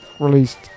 released